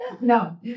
no